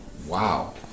Wow